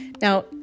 Now